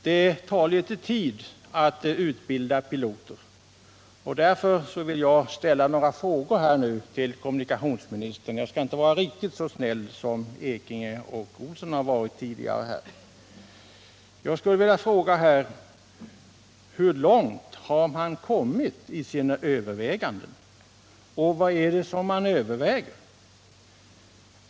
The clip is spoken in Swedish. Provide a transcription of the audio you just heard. Det tar litet tid att utbilda piloter, och därför vill jag ställa några frågor till kommunikationsministern. Jag skall inte vara riktigt så snäll som Bernt Ekinge och Karl Erik Olsson har varit tidigare. Jag vill fråga: Hur långt har man kommit i sina överväganden? Vad är det man överväger?